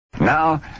Now